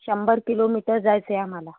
शंभर किलोमीटर जायचं आहे आम्हाला